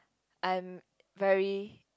I'm very